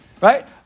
Right